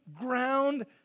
ground